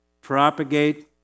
propagate